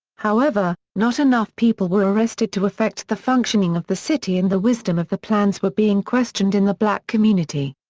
however, not enough people were arrested to affect the functioning of the city and the wisdom of the plans were being questioned in the black community.